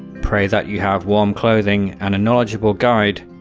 pray that you have warm clothing and a knowledgeable guide.